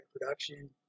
production